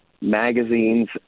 Magazines